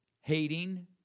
hating